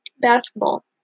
Basketball